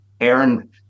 Aaron